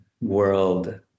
world